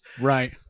right